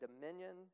dominion